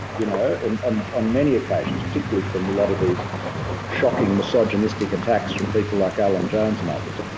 you know, and on on many occasions, particularly from a lot of these shocking misogynistic attacks from people like alan jones and others,